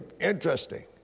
interesting